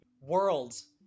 world's